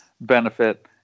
benefit